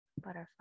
Butterfly